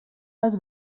les